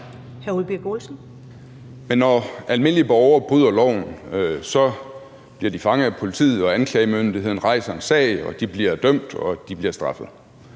Når almindelige borgere bryder loven, bliver de fanget af politiet, anklagemyndigheden rejser en sag, de bliver dømt, og de bliver straffet.